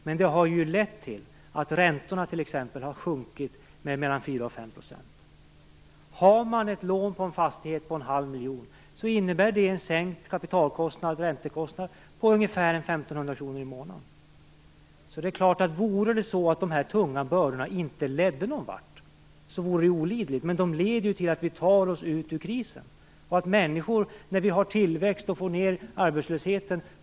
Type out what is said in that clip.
Men det har ju t.ex. lett till att räntorna har sjunkit med mellan 4 och 5 %. Om man har ett lån på en fastighet på en halv miljon innebär det en sänkt räntekostnad på ungefär 1 500 kronor i månaden. Vore det så att dessa tunga bördor inte ledde någon vart, så vore det olidligt. Men de leder ju till att vi tar oss ut ur krisen och till att människor får det bättre efter hand när vi har tillväxt och får ned arbetslösheten.